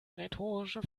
rhetorische